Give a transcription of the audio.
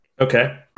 Okay